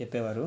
చెప్పేవారు